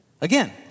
Again